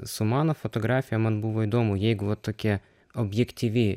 su mano fotografija man buvo įdomu jeigu va tokia objektyvi